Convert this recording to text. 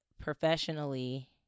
professionally